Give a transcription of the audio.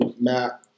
Matt